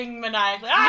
maniacally